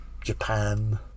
Japan